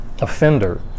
offender